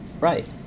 Right